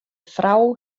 frou